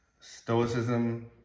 Stoicism